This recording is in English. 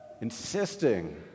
insisting